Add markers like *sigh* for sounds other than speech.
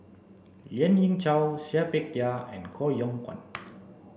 Lien Ying Chow Seah Peck Seah and Koh Yong Guan *noise*